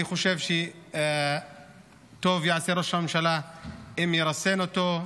אני חושב שטוב יעשה ראש הממשלה אם ירסן אותו,